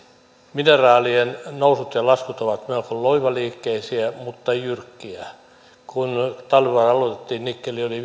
mineraalien hintojen nousut ja laskut ovat melko loivaliikkeisiä mutta jyrkkiä kun talvivaara aloitettiin nikkeli oli